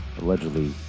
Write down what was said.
allegedly